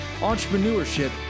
entrepreneurship